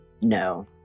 no